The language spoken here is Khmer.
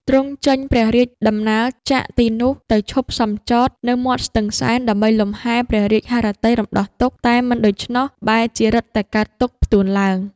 ទ្រង់ចេញព្រះរាជដំណើរចាកទីនោះ ទៅឈប់សុំចតនៅមាត់ស្ទឹងសែន ដើម្បីលំហែលព្រះរាជហឫទ័យរំដោះទុក្ខ តែមិនដូច្នោះ បែរជារឹតតែកើតទុក្ខផ្ទួនឡើង ។